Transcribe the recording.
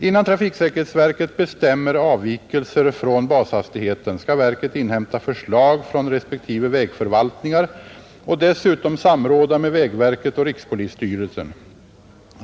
Innan trafiksäkerhetsverket bestämmer avvikelser från bashastigheten skall verket inhämta förslag från respektive vägförvaltningar och dessutom samråda med vägverket och rikspolisstyrelsen.